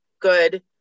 good